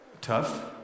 tough